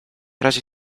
razie